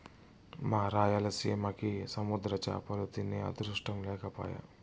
మా రాయలసీమకి సముద్ర చేపలు తినే అదృష్టం లేకపాయె